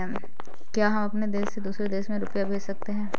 क्या हम अपने देश से दूसरे देश में रुपये भेज सकते हैं?